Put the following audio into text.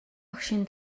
багшийн